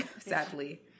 sadly